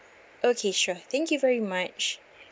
okay sure thank you very much